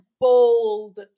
bold